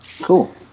Cool